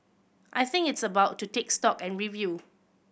I think it's about to take stock and review